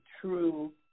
true